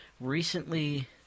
recently